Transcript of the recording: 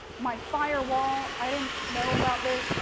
my firewall, i didn't know about this,